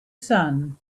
sun